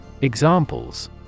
Examples